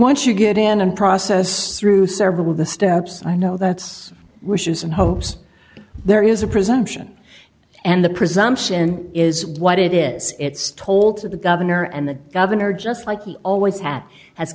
once you get in and process through server with the steps i know that's wishes and hopes there is a presumption and the presumption is what it is it's told to the governor and the governor just like he always had ha